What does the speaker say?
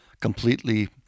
completely